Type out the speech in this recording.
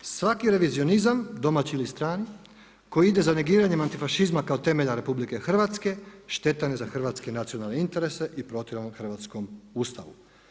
Svaki revizionizam, domaći ili strani, koji ide za negiranje antifašizma kao temelja RH, štetan je za hrvatske nacionalne interese i protivan je hrvatskom Ustavu.